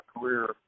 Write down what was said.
career